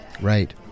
Right